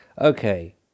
Okay